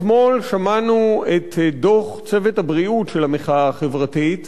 אתמול שמענו את דוח צוות הבריאות של המחאה החברתית,